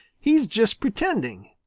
he's just pretending.